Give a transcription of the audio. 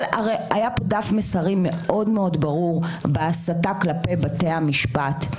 הרי היה פה דף מסרים מאוד מאוד ברור בהסתה כלפי בתי המשפט.